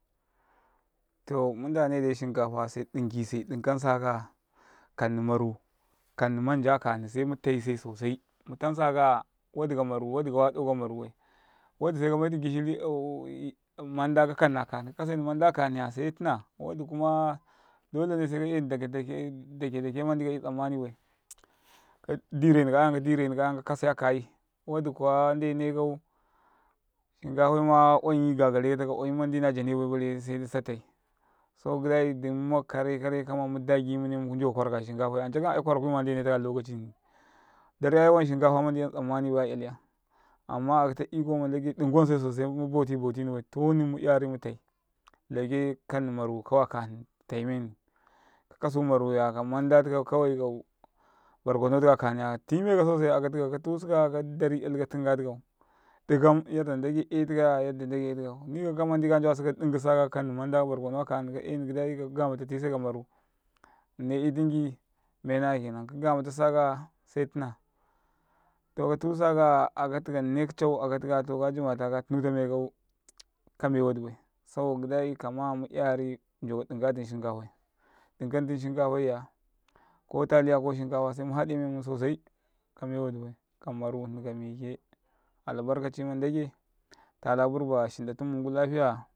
to mun ɗ ane ɗ ai shinkafa se ɗ in kise dinka saya kasni maru kasni manja akahni se mutaise sosai mutansakaya wa ɗ i kamaru wa ɗ i kuwa dauka ka maru bai wa ɗ i se ka kamai tu man ɗ a ka kasna ka hni se tina wa ɗ i kuma ɗ olene seka eni wa ɗ i ka ɗ irareni men man ɗ i ka'yu tsammani bai kadireni ka ayan ka ɗ ireni ka ayan ka ɗ irenika'ayan ka kase akayi. wa ɗ ikuwa nndene kau shinka faima oyumi gagare katau ka dyum man ɗ i najane janebai bare sa tai. saboka gidai ɗ umma ka rekare kama mu ɗ agi mune mu n ɗ oka kwaraka shinkafai ancakanai kwara kuima n ɗ e netaka lokacini, ɗ arye ai wan shinkafa man ɗ i 'yan tsam manni bai. amma akata ikoma n ɗ dage ɗ dinkose sosai mubau ti bautiniba tani mu 'yarimutai lauka kasni mara kawai akani taimeni kakasu maruya kaman ɗ a tikau kawaikau cita tika kaniya time kausosai aakatikau katasu kaya ka ɗ ari eli ka tinga tikau' rigam ya ɗ ɗ a n ɗ age etikaya ya ɗ ɗ a n ɗ age etikau nika kamandi ka njawasi ka ɗ in kisa kaya kakasni man ɗ a ka cita akani ka eni gidai kagamata tise kamaru kaga matisasakaya se tina to katusa kaya aka tika nik cawu akatika nik ka ngana ka tunu tau makau kamewa ɗ iba sabokau gi ɗ ai kama mu'yari n ɗ oka ɗ inkatum shinkafai ɗ din katum shinkafaiya ko taliya ko shin ka fay se mu ha ɗ e mrtum sosai kame wa ɗ ibai maru hni ka mike albarkacima n ɗ age tala burba shi ɗ a tinmuka